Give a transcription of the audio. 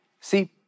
See